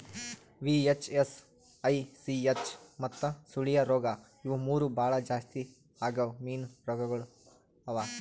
VHS, ICH ಮತ್ತ ಸುಳಿಯ ರೋಗ ಇವು ಮೂರು ಭಾಳ ಜಾಸ್ತಿ ಆಗವ್ ಮೀನು ರೋಗಗೊಳ್ ಅವಾ